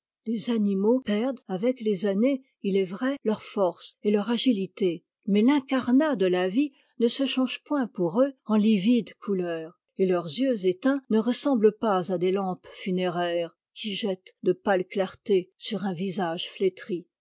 les animaux perdent avec les années il est vrai leur force et leur agilité mais l'incarnat de la vie ne se change point pour eux en livides couleurs et leurs yeux éteints ne ressemblent pas à des lampes funéraires qui jettent de pâles clartés sur un visage